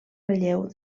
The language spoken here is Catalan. relleu